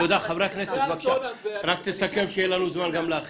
תסכם בבקשה כדי שיהיה לנו זמן לשמוע גם את האחרים.